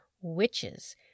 witches